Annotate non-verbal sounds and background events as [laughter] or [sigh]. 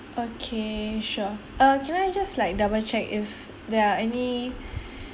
okay sure uh can I just like double check if there are any [breath]